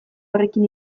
horrekin